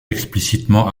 explicitement